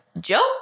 joke